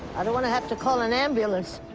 i don't want to have to call an ambulance.